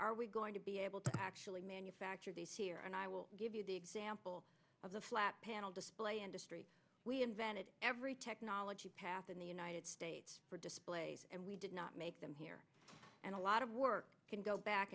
are we going to be able to actually manufacture these here and i will give you the example of the flat panel display industry we invented every technology path in the united states for display and we did not make them here and a lot of work can go back